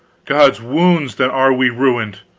god's wounds, then are we ruined!